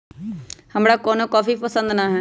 हमरा कोनो कॉफी पसंदे न हए